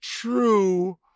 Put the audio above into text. true